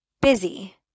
busy